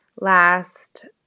last